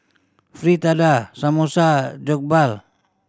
Fritada Samosa Jokbal